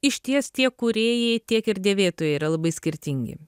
išties tiek kūrėjai tiek ir dėvėtojai yra labai skirtingi